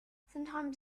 sometimes